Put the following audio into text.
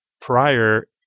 prior